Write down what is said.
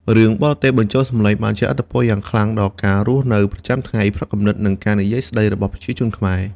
រឿងបរទេសបញ្ចូលសម្លេងបានជះឥទ្ធិពលយ៉ាងខ្លាំងដល់ការរស់នៅប្រចាំថ្ងៃ ផ្នត់គំនិត និងការនិយាយស្តីរបស់ប្រជាជនខ្មែរ។